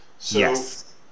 Yes